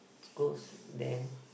it's goes then